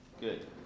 Good